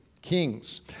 kings